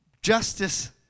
Justice